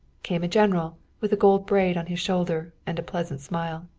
came a general with gold braid on his shoulder, and a pleasant smile.